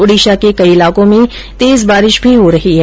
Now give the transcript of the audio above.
ओडीशा के कई इलाकों में तेज बारिश भी हो रही है